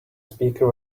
speaker